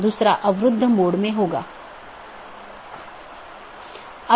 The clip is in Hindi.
तो यह दूसरे AS में BGP साथियों के लिए जाना जाता है